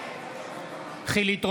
בעד חילי טרופר,